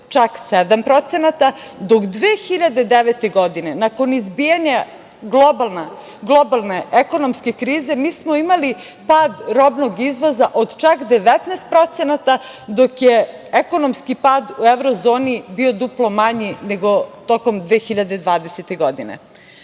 čak sedam procenata, dok 2009. godine nakon izbijanja globalne ekonomske krize, mi smo imali pad robnog izvoza od čak 19% dok je ekonomski pad u evrozoni bio duplo manji nego tokom 2020. godine. Ono